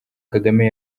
kagame